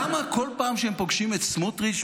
למה כל פעם שהם פוגשים את סמוטריץ',